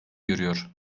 görüyor